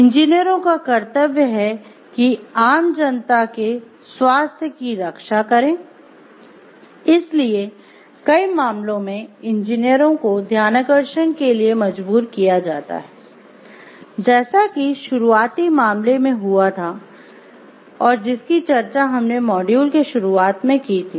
इंजीनियरों का कर्तव्य है कि आम जनता के स्वास्थ्य की रक्षा करे इसलिए कई मामलों में इंजीनियरों को ध्यानाकर्षण के लिए मजबूर किया जाता है जैसा कि शुरुआती मामले में हुआ था और जिसकी चर्चा हमने मॉड्यूल के शुरुआत में की थी